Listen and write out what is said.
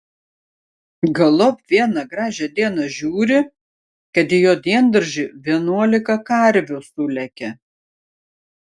galop vieną gražią dieną žiūri kad į jo diendaržį vienuolika karvių sulėkė